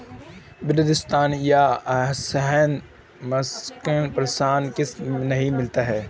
वृद्धावस्था या असहाय मासिक पेंशन किसे नहीं मिलती है?